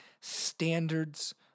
standards